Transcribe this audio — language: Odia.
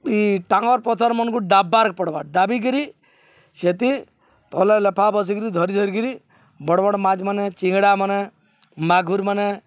ଇ ଟାଙ୍ଗର୍ ପଥର୍ମନ୍କୁ ଡପ୍ବାର୍ ପଡ଼୍ବା ଡାବିକିରି ସେତିି ଭଲ୍ ଲେଫା ବସିକିରି ଧରି ଧରିକିରି ବଡ଼୍ ବଡ଼୍ ମାଛ୍ମାନେ ଚିଙ୍ଗ୍ଡ଼ାମାନେ ମଘୁର୍ମାନେ